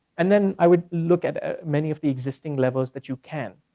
and then i would look at many of the existing levels that you can.